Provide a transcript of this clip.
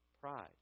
Pride